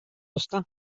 ozta